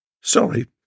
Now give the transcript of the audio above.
Sorry